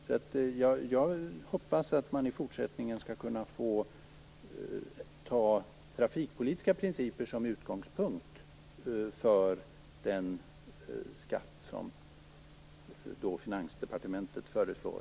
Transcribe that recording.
Jag hoppas att man i fortsättningen skall kunna ta trafikpolitiska principer som utgångspunkt för den skatt som Finansdepartementet föreslår.